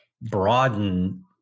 broaden